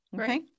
okay